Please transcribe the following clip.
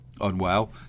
unwell